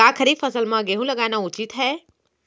का खरीफ फसल म गेहूँ लगाना उचित है?